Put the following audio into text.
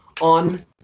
on